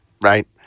right